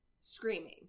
screaming